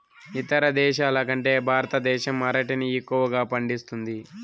ఇతర దేశాల కంటే భారతదేశం అరటిని ఎక్కువగా పండిస్తుంది